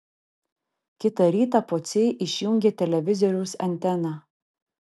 kitą rytą pociai išjungė televizoriaus anteną